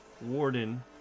Warden